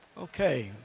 Okay